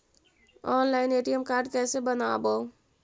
Online ATM card कैसे बनाबौ?